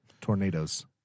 tornadoes